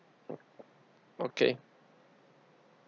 okay okay